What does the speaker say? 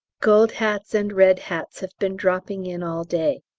gold hats and red hats have been dropping in all day.